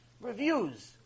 reviews